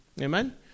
Amen